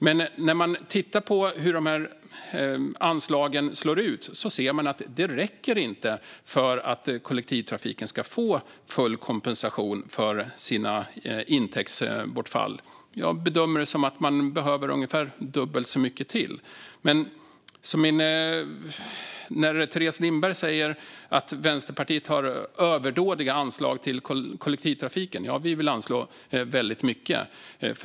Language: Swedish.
Men när man tittar på hur anslagen slår ser man att de inte räcker för att kollektivtrafiken ska få full kompensation för sina intäktsbortfall. Jag bedömer att kollektivtrafiken behöver ungefär dubbelt så mycket. Teres Lindberg säger att Vänsterpartiet har överdådiga anslag till kollektivtrafiken. Ja, vi vill anslå väldigt mycket.